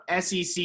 SEC